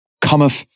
Cometh